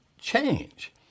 change